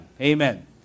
Amen